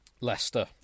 Leicester